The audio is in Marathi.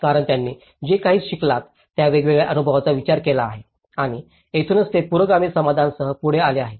कारण त्यांनी जे काही शिकलात त्या वेगळ्या अनुभवांचा विचार केला आहे आणि येथूनच ते पुरोगामी समाधानासह पुढे आले आहेत